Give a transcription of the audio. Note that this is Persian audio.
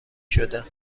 شده